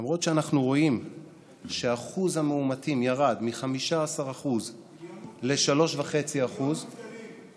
למרות שאנחנו רואים ששיעור המאומתים ירד מ-15% ל-3.5% מיליון מובטלים.